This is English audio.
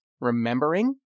remembering